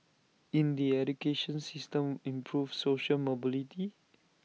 in the education system improve social mobility